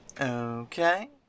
Okay